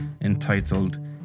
entitled